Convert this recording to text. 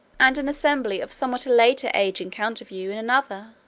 and an assembly of somewhat a later age in counterview, in another.